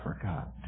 forgot